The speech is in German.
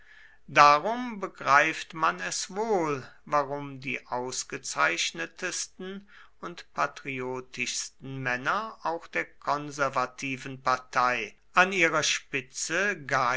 darum begreift man es wohl warum die ausgezeichnetsten und patriotischsten männer auch der konservativen partei an ihrer spitze